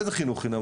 איזה חינוך חינם?